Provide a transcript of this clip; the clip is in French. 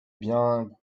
bien